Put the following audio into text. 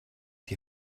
die